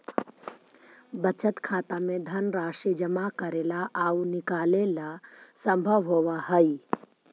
बचत खाता में धनराशि जमा करेला आउ निकालेला संभव होवऽ हइ